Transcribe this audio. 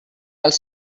als